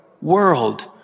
world